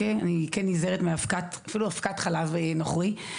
אני כן נזהרת אפילו מאבקת חלב נוכרי,